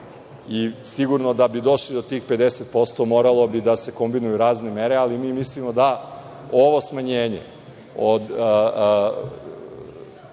PDV-a. Da bi došli do tih 50%, morale bi da se kombinuju razne mere, ali mi mislimo da ovo smanjenje od